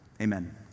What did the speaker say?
amen